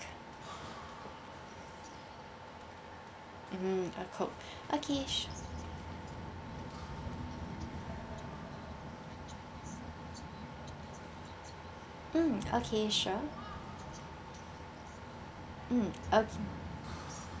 hmm a coke okay sur~ mm okay sure mm okay